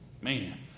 Man